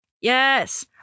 Yes